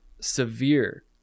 severe